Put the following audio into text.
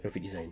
graphic design